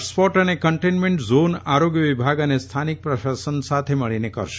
hotspot અને containment zone આરોગ્ય વિભાગ અને સ્થાનિક પ્રશાસન સાથે મળીને નક્કી કરશે